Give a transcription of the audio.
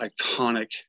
iconic